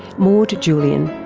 maude julien.